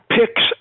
picks